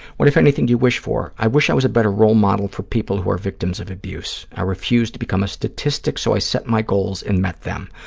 what, if anything, do you wish for? i wish i was a better role model for people who are victims of abuse. i refuse to become a statistic, so i set my goals and met them.